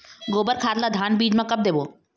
गोबर खाद ला धान बीज म कब देबो?